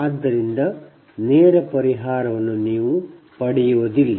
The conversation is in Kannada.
ಆದ್ದರಿಂದ ನೇರ ಪರಿಹಾರವನ್ನು ನೀವು ಪಡೆಯುವುದಿಲ್ಲ